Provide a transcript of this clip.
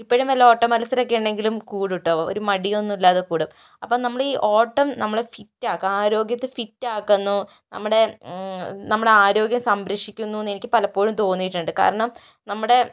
ഇപ്പോഴും വല്ല ഓട്ടമത്സരമൊക്കെ ഉണ്ടെങ്കിലും കൂടും കേട്ടോ ഒരു മടിയൊന്നും ഇല്ലാതെ കൂടും അപ്പോൾ നമ്മളീ ഓട്ടം നമ്മളെ ഫിറ്റ് ആക്കും ആരോഗ്യത്തെ ഫിറ്റാക്കുന്നു നമ്മുടെ നമ്മുടെ ആരോഗ്യം സംരക്ഷിക്കുന്നു എന്നെനിക്കു പലപ്പോഴും തോന്നിയിട്ടുണ്ട് കാരണം നമ്മുടെ